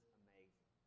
amazing